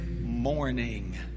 morning